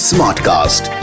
Smartcast